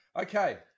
Okay